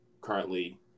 currently